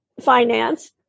finance